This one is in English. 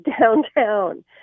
Downtown